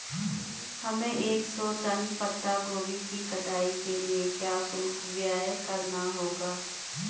हमें एक सौ टन पत्ता गोभी की कटाई के लिए क्या शुल्क व्यय करना होगा?